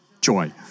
joy